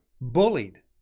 bullied